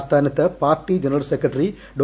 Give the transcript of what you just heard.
ആസ്ഥാനത്ത് party general secretary ഡോ